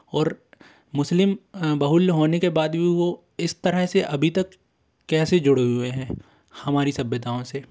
और मुस्लिम बहुल्य होने के बाद भी वो इस तरह से अभी तक कैसे जुड़े हुए हैं हमारी सभ्यताओं से